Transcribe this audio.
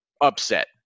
upset